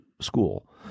school